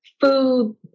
food